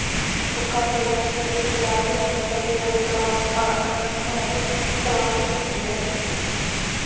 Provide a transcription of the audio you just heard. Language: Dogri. सुक्का पेदा उत्थें तलाऽ गै नी लब्भदा और बर्खा नी होऐ ते तलाऽ बी सुक्की गेदे होंदे